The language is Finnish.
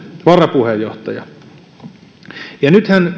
varapuheenjohtaja nythän